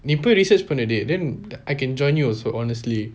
நீ இப்பொ:nee ippo research பன்னு:pannu then I can join you also honestly